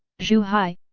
zhu hai,